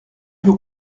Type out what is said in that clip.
vous